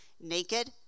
naked